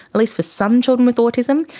at least for some children with autism,